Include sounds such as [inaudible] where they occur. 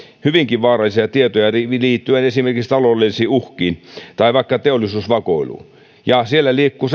hyvinkin vaarallisia tietoja liittyen esimerkiksi taloudellisiin uhkiin tai vaikka teollisuusvakoiluun tietoverkoissa liikkuu [unintelligible]